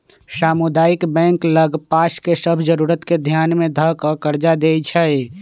सामुदायिक बैंक लग पास के सभ जरूरत के ध्यान में ध कऽ कर्जा देएइ छइ